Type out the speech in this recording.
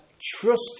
trust